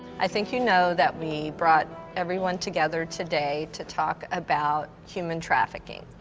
i think you know that we brought everyone together today to talk about human trafficking.